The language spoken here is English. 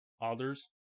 Others